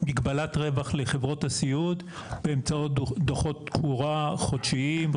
מגבלת רווח לחברות הסיעוד באמצעות דוחות תקורה חודשיים,